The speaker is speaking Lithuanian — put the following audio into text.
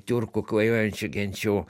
tiurkų klajojančių genčių